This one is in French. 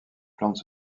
plantes